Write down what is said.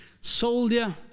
soldier